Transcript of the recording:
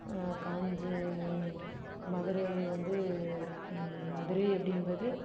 காஞ்சி மதுரை வந்து மதுரை எப்படின்பது